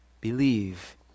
Believe